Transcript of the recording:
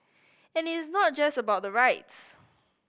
it is not just about the rights